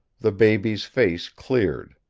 the baby's face cleared.